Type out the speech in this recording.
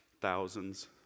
thousands